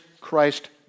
Christ